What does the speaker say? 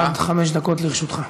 בבקשה, עד חמש דקות לרשותך.